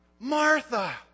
Martha